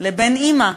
לבין אימא.